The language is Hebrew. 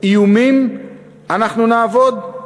באיומים אנחנו נעבוד?